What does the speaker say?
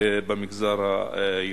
במגזר היהודי.